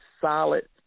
solid